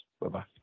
Bye-bye